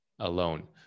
Alone